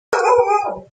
zero